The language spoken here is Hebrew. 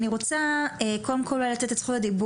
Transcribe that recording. אני רוצה קודם כל אולי לתת את זכות הדיבור,